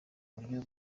uburyo